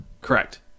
correct